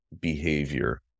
behavior